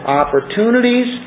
opportunities